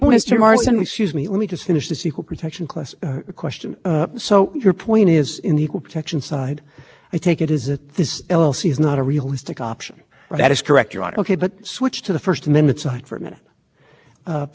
because if creating an l l c is not a realistic option for employees and you know then that that doesn't undermine the legitimacy of the government's proffered interest here you don't have a lot of